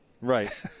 Right